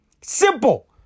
Simple